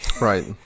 Right